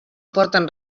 porten